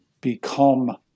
become